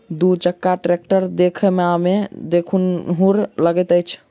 दू चक्का टेक्टर देखबामे देखनुहुर लगैत अछि